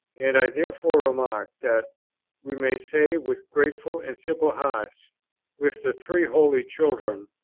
and i therefore remark that we may say with grateful and simple hearts with the three holy children,